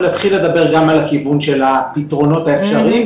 להתחיל לדבר גם על הכיוון של הפתרונות האפשריים,